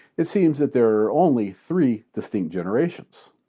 it seems that there are only three distinct generations.